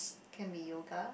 can be yoga